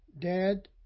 dad